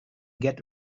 get